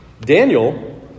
Daniel